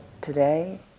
today